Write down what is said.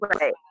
right